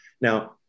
Now